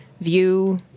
view